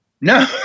no